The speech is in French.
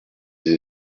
ses